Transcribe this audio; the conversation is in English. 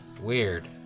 Weird